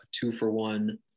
two-for-one